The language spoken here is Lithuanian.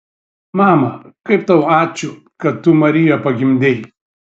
mama kaip tau ačiū kad tu mariją pagimdei